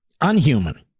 Unhuman